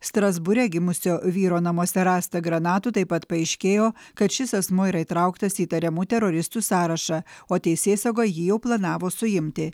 strasbūre gimusio vyro namuose rasta granatų taip pat paaiškėjo kad šis asmuo yra įtrauktas į įtariamų teroristų sąrašą o teisėsauga jį jau planavo suimti